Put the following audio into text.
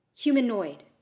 humanoid